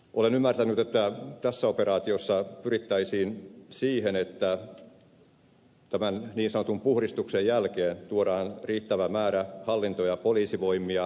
olen ymmärtänyt että tässä operaatiossa pyrittäisiin siihen että tämän niin sanotun puhdistuksen jälkeen tuodaan riittävä määrä hallinto ja poliisivoimia